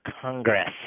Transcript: Congress